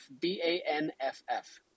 b-a-n-f-f